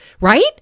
right